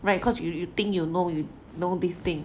right because you you think you know you know this thing